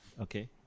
Okay